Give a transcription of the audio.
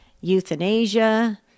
euthanasia